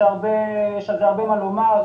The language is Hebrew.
יש הרבה מה לומר על זה.